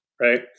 right